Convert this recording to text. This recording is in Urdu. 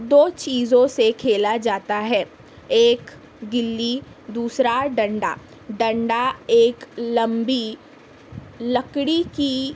دو چیزوں سے کھیلا جاتا ہے ایک گلی دوسرا ڈنڈا ڈنڈا ایک لمبی لکڑی کی